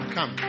Come